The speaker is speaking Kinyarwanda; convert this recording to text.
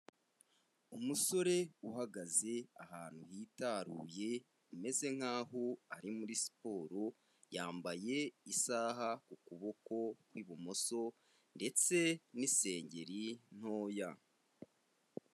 umusore uhagaze ahantu hitaruye umeze nk'aho ari muri siporo yambaye isaha ku kuboko kw'ibumoso ndetse n'isengeri ntoya.